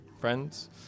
friends